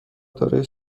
دارای